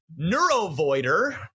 Neurovoider